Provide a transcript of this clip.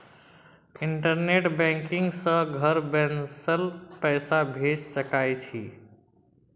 internet banking सँ घर बैसल पैसा भेज सकय छी